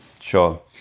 Sure